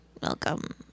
Welcome